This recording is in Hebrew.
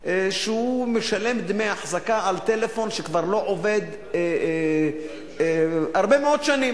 שהוא משלם דמי אחזקה על טלפון שכבר לא עובד הרבה מאוד שנים.